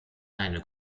eine